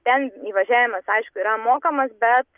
ten įvažiavimas aišku yra mokamas bet